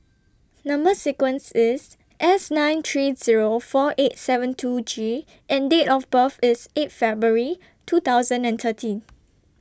Number sequence IS S nine three Zero four eight seven two G and Date of birth IS eight February two thousand and thirteen